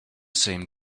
same